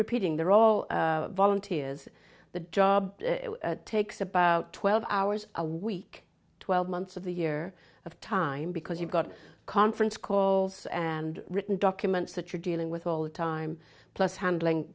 repeating they're all volunteers the job takes about twelve hours a week twelve months of the year of time because you've got conference calls and written documents that you're dealing with all the time plus handling